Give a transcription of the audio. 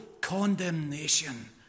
condemnation